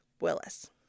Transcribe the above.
Willis